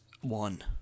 one